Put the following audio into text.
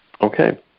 Okay